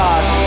God